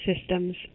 systems